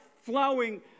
flowing